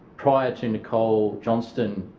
prior to nicole johnston